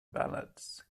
ballots